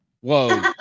Whoa